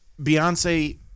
Beyonce